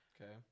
Okay